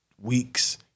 weeks